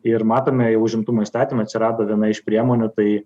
ir matome jau užimtumo įstatyme atsirado viena iš priemonių tai